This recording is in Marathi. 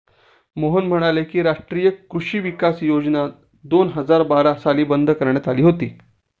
मोहन म्हणाले की, राष्ट्रीय कृषी विकास योजना दोन हजार बारा साली बंद करण्यात आली होती